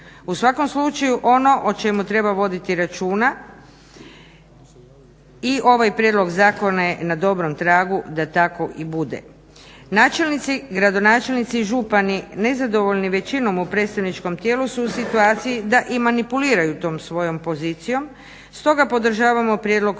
U svakom slučaju ono o čemu treba voditi računa i ovaj prijedlog zakona je na dobrom tragu da tako i bude. Načelnici, gradonačelnici i županiji nezadovoljni većinom u predstavničkom tijelu su u situaciji da i manipuliraju tom svojom pozicijom. Stoga podržavamo prijedlog